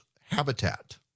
habitat